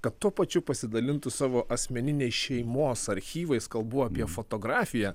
kad tuo pačiu pasidalintų savo asmeniniais šeimos archyvais kalbu apie fotografiją